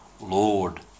Lord